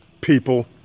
people